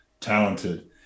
talented